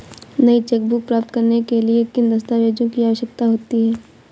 नई चेकबुक प्राप्त करने के लिए किन दस्तावेज़ों की आवश्यकता होती है?